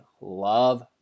love